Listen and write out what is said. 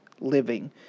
living